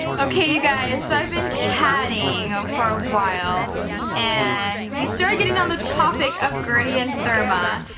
okay you guys so i've been chatting for a while and we started getting on the topic of gertie and therma.